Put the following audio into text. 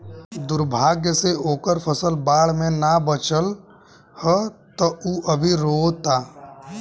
दुर्भाग्य से ओकर फसल बाढ़ में ना बाचल ह त उ अभी रोओता